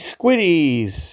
Squiddies